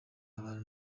abantu